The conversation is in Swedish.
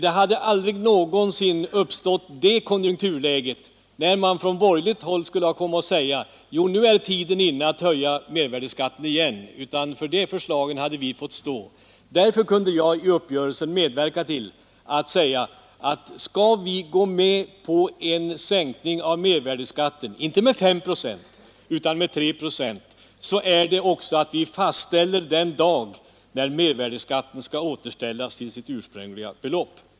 Ett sådant konjunkturläge skulle aldrig ha uppstått att man från borgerligt håll hade sagt att nu är tiden inne att höja mervärdeskatten igen! För det förslaget hade vi själva fått stå. Därför kunde jag medverka till uppgörelsen genom att säga att om vi skall gå med på en sänkning av mervärdeskatten, inte med 5 procent utan med 3 procent, förutsätter det att vi fastställer den dag när mervärdeskatten skall återställas till sitt ursprungliga belopp.